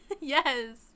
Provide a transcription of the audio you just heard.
yes